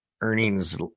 earnings